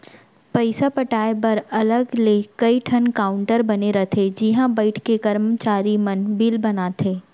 पइसा पटाए बर अलग ले कइ ठन काउंटर बने रथे जिहॉ बइठे करमचारी मन बिल बनाथे